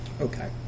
Okay